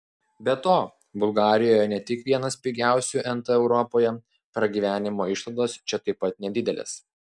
be to bulgarijoje ne tik vienas pigiausių nt europoje pragyvenimo išlaidos čia taip pat nedidelės